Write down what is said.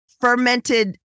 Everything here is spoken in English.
fermented